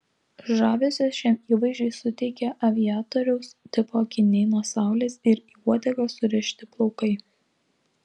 žavesio šiam įvaizdžiui suteikė aviatoriaus tipo akiniai nuo saulės ir į uodegą surišti plaukai